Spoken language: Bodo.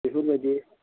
बेफोरबायदि